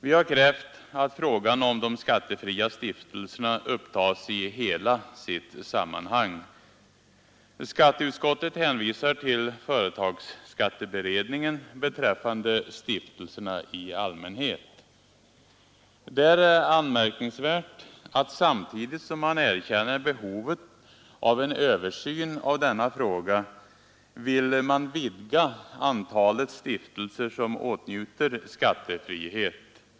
Vi har krävt att frågan om de skattefria stiftelserna upptas i hela sitt sammanhang. Skatteutskottet hänvisar till företagsskatteberedningen beträffande stiftelserna i allmänhet. Det är anmärkningsvärt att samtidigt som man erkänner behovet av en översyn av denna fråga vill man vidga antalet stiftelser som åtnjuter skattefrihet.